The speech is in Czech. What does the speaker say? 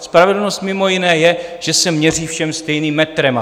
Spravedlnost mimo jiné je, že se měří všem stejným metrem.